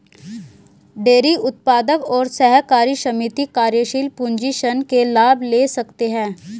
dairy उत्पादक और सहकारी समिति कार्यशील पूंजी ऋण के लाभ ले सकते है